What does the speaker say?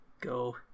go